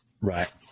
Right